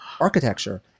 architecture